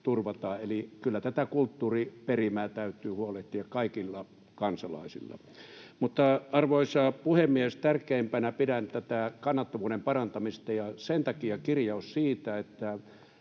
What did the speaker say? Eli kyllä tätä kulttuuriperimää täytyy huolehtia kaikille kansalaisille. Arvoisa puhemies! Tärkeimpänä pidän kannattavuuden parantamista. Sen takia kirjaus siitä, että